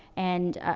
and, ah,